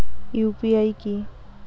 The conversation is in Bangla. ইউ.পি.আই কি?